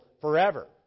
forever